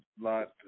lot